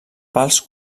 pals